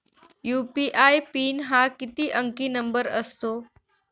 UPI PIN हा किती अंकी नंबर असतो?